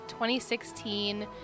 2016